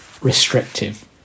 restrictive